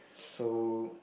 so